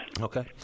Okay